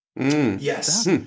Yes